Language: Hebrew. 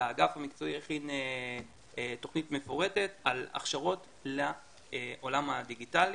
האגף המקצועי הכין תוכנית מפורטת על הכשרות לעולם הדיגיטלי